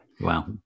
Wow